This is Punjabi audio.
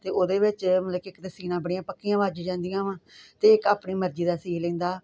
ਤੇ ਉਹਦੇ ਵਿੱਚ ਮਤਲਬ ਕਿ ਇੱਕ ਤਾਂ ਸੀਣਾ ਬੜੀਆਂ ਪੱਕੀਆਂ ਵੱਜ ਜਾਂਦੀਆਂ ਵਾਂ ਤੇ ਇੱਕ ਆਪਣੀ ਮਰਜੀ ਦਾ ਸੀਂ ਲਈ ਦਾ